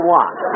one